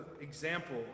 example